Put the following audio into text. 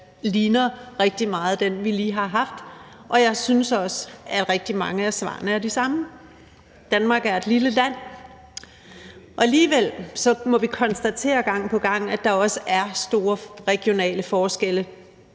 ligner den, vi lige har haft, rigtig meget, og jeg synes også, at rigtig mange af svarene er de samme. Danmark er et lille land, og alligevel må vi konstatere gang på gang, at der er store regionale forskelle